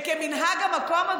וכמנהג המקום,